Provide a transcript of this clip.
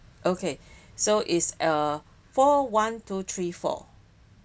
okay so is uh four one two three four